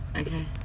okay